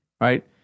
right